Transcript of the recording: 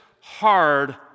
hard